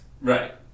Right